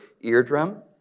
eardrum